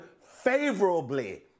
favorably